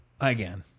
again